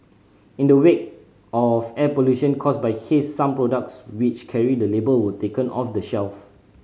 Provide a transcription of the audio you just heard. in the wake of air pollution caused by haze some products which carry the label were taken off the shelve